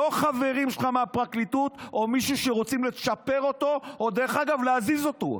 לא החברים שלך מהפרקליטות או מישהו שרוצים לצ'פר אותו או להזיז אותו,